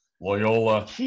Loyola